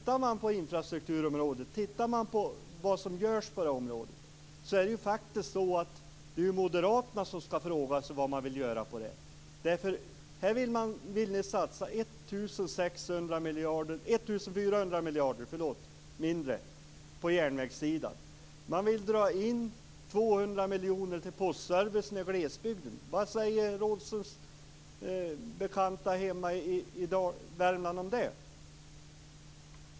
Vad gäller infrastrukturen är det moderaterna som ska fråga sig vad de vill göra där. Här vill ni satsa 1 400 miljoner mindre på järnvägssidan. Ni vill dra in Rådhströms bekanta hemma i Värmland om det?